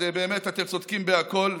אז באמת אתם צודקים בכול,